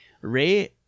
Ray